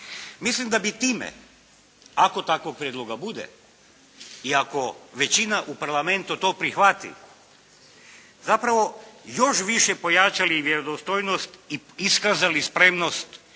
Mislim da bi time ako takvoga prijedloga bude i ako većina u Parlamentu to prihvati zapravo još više pojačali vjerodostojnost i iskazali spremnost